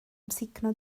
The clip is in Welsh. amsugno